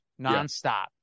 nonstop